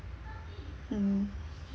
mm